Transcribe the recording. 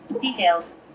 Details